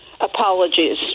apologies